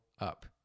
up